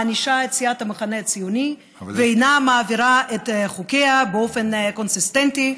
מענישה את סיעת המחנה הציוני ואינה מעבירה את חוקיה באופן קונסיסטנטי,